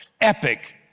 epic